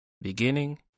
Beginning